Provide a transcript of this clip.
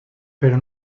però